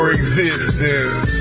existence